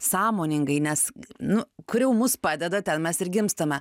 sąmoningai nes nu kur jau mus padeda ten mes ir gimstame